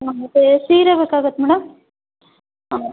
ಮತ್ತು ಸೀರೆ ಬೇಕಾಗತ್ತೆ ಮೇಡಮ್ ಹಾಂ